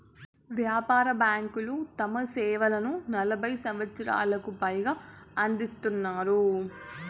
వ్యాపార బ్యాంకులు తమ సేవలను నలభై సంవచ్చరాలకు పైగా అందిత్తున్నాయి